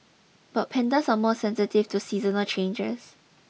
but pandas are more sensitive to seasonal changes